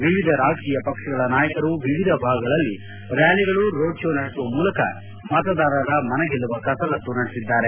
ವಿವಿಧ ರಾಜಕೀಯ ಪಕ್ಷಗಳ ನಾಯಕರು ವಿವಿಧ ಭಾಗಗಳಲ್ಲಿ ಕ್ಯಾಲಿಗಳು ರೋಡ್ ಶೋ ನಡೆಸುವ ಮೂಲಕ ಮತದಾರರ ಮನಗೆಲ್ಲುವ ಕಸರತ್ತು ನಡೆಸಿದರು